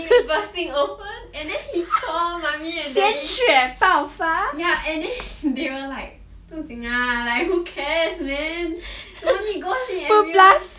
knee bursting open and then he call mummy and daddy and then they were like 不用紧 lah like who cares man don't need go see ambulance